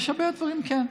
יש הרבה דברים, כן.